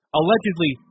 allegedly